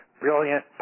brilliant